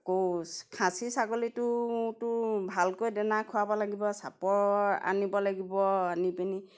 আকৌ খাচী ছাগলীটোতো তো ভালকৈ দানা খুৱাব লাগিব চাপৰ আনিব লাগিব আনি পিনি